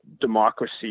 democracy